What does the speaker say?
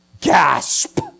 gasp